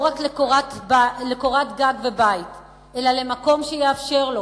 לא רק לקורת גג ובית אלא למקום שיאפשר לו,